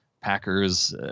Packers